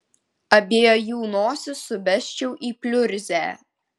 abiejų nosis subesčiau į pliurzę